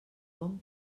bon